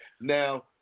Now